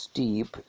deep